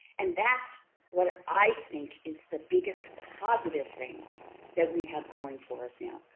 and that's what i think is the biggest positive thing that we have going for us now.